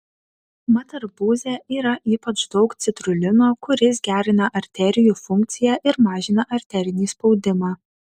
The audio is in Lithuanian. mat arbūze yra ypač daug citrulino kuris gerina arterijų funkciją ir mažina arterinį spaudimą